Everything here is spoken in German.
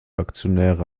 aktionäre